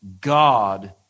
God